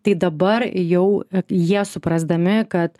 tai dabar jau jie suprasdami kad